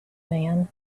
man